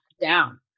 down